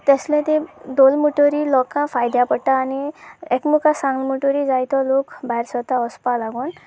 तसले तें दवरलें म्हणटरी लोकांक फायद्या पडटा आनी एकमेका सांग म्हुणटरी जायतो लोक भायर सरता वचपा लागून